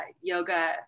yoga